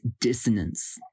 dissonance